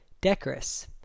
Decorous